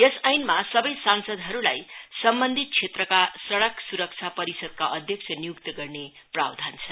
यस ऐनमा सबै सांसदहरुलाई सम्बन्धित क्षेत्रका सड़क सुरक्षा परिषदका अध्यक्ष नियुक्त गर्ने प्रावधान छ